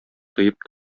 тоеп